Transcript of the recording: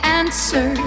answer